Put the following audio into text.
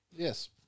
Yes